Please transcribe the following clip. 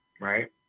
right